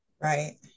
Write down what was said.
Right